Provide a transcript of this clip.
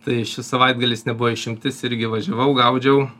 tai šis savaitgalis nebuvo išimtis irgi važiavau gaudžiau